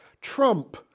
trump